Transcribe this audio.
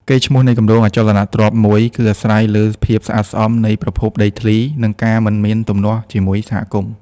កេរ្តិ៍ឈ្មោះនៃគម្រោងអចលនទ្រព្យមួយ គឺអាស្រ័យលើភាពស្អាតស្អំនៃប្រភពដីធ្លី និងការមិនមានទំនាស់ជាមួយសហគមន៍។